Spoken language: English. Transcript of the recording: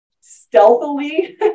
stealthily